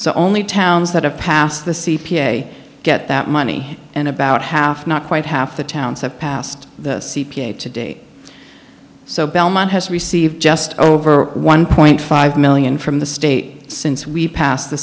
so only towns that have passed the c p a get that money and about half not quite half the towns have passed the c p a today so belmont has received just over one point five million from the state since we passed